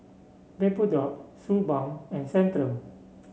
Vapodrops Suu Balm and Centrum